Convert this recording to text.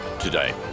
Today